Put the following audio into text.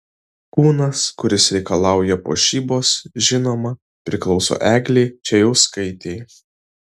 kūnas kuris reikalauja puošybos žinoma priklauso eglei čėjauskaitei